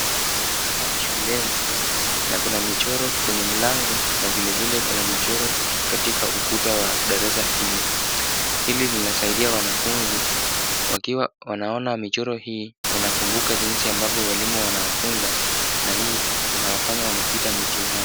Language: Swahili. Hapa ni shuleni, na kuna michoro kwenye mlango na vilevile kuna michoro katika ukuta wa darasa hili. Hili linasaidia wanafunzi, wakiwa wanaona michoro hii, wanakumbuka jinsi ambavyo walimu wanawafunza, na hii inawafanya wanapita mitihani.